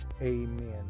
amen